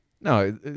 No